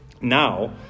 now